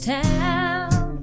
town